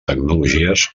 tecnologies